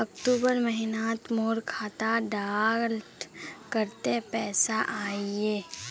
अक्टूबर महीनात मोर खाता डात कत्ते पैसा अहिये?